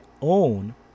own